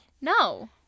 No